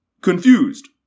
confused